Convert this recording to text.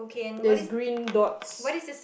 there's green dots